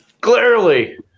Clearly